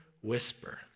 whisper